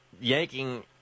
yanking